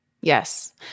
Yes